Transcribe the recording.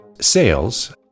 sales